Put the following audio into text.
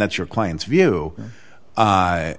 that's your client's view but